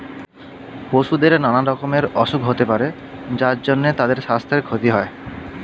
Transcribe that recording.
পশুদের নানা রকমের অসুখ হতে পারে যার জন্যে তাদের সাস্থের ক্ষতি হয়